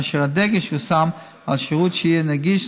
כאשר הדגש יושם על שירות שיהיה נגיש,